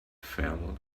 fell